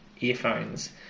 earphones